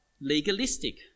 legalistic